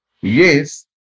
Yes